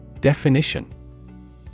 Definition